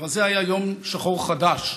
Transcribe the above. אבל זה היה יום שחור חדש,